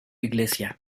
iglesia